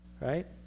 right